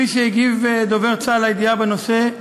כפי שהגיב דובר צה"ל על הידיעה בנושא,